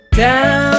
down